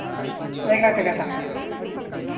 ᱮᱠᱞᱟᱠᱷ ᱴᱟᱠᱟ ᱠᱟᱴᱷᱟ